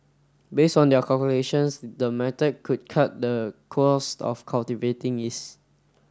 based on their calculations the method could cut the cost of cultivating yeast